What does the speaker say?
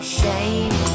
shame